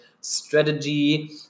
strategy